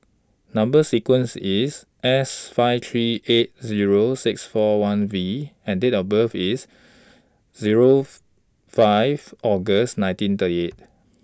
Number sequence IS S five three eight Zero six four one V and Date of birth IS Zero five August nineteen thirty eight